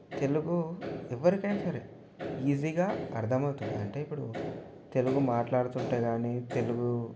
తెలుగు ఎవరికైనా సరే ఈజీగా అర్థమవుతుంది అంటే ఇప్పుడు తెలుగు మాట్లాడుతుంటే కానీ తెలుగు